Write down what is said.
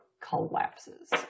collapses